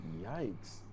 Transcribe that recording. Yikes